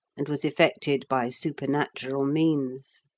and was effected by supernatural means.